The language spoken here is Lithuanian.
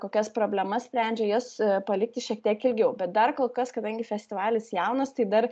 kokias problemas sprendžia jas palikti šiek tiek ilgiau bet dar kol kas kadangi festivalis jaunas tai dar